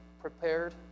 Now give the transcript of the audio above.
prepared